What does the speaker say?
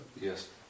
Yes